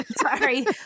Sorry